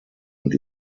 und